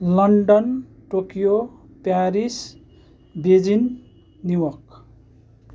London Tokyo Paris Beijing New York